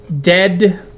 dead